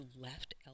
left